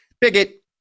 bigot